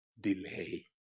delay